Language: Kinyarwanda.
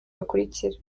bakurikira